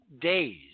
days